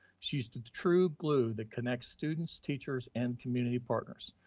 she's the true glue that connects students, teachers, and community patterns.